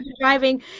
driving